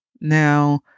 Now